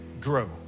grow